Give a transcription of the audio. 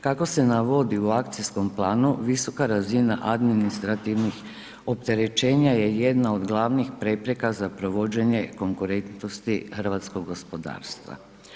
Kako se navodi u akcijskom planu visoka razina administrativnih opterećenja je jedna od glavnih prepreka za provođenje konkurentnosti hrvatskog gospodarstva.